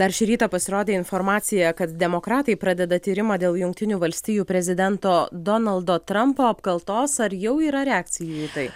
dar šį rytą pasirodė informacija kad demokratai pradeda tyrimą dėl jungtinių valstijų prezidento donaldo trampo apkaltos ar jau yra reakcijų į tai